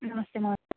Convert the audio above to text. नमस्ते महोद्